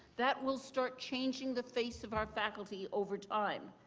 that will start changeing the face of our faculty over time.